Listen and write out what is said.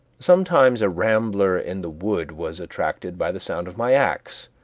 sometimes a rambler in the wood was attracted by the sound of my axe,